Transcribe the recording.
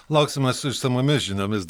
lauksime su išsamiomis žiniomis